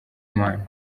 imana